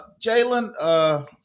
Jalen